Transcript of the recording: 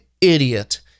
idiot